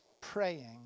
praying